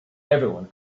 everyone